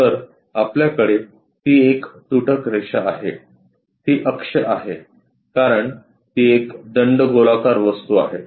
तर आपल्याकडे ती एक तुटक रेषा आहे ती अक्ष आहे कारण ती एक दंडगोलाकार वस्तू आहे